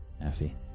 Effie